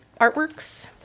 artworks